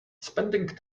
spending